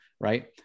right